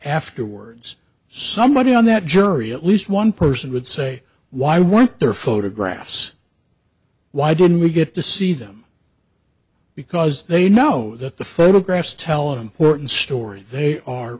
afterwards somebody on that jury at least one person would say why weren't there photographs why don't we get to see them because they know that the photographs tell an important story they are